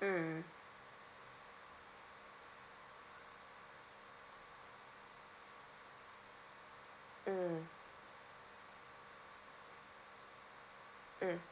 mm mm mm